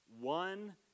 one